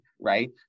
right